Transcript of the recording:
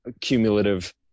cumulative